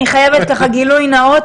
אני חייבת לך גילוי נאות,